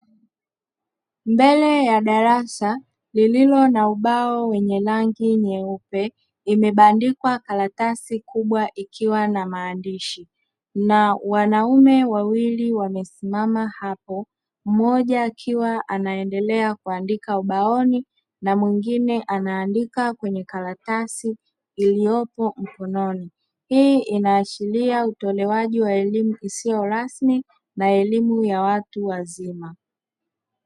Mbele ya darasa lililo na ubao wenye rangi nyeupe, imebandikwa karatasi kubwa ikiwa na maandishi na wanaume wawili wamesimama hapo; mmoja akiwa anaendelea kuandika ubaoni na mwingine anaandika kwenye karatasi lililopo mkononi. Hii inaashiria utolewaji wa elimu isiyo rasmi na elimu ya watu wazima.